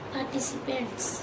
Participants